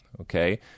okay